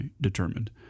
determined